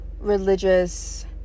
religious